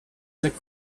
the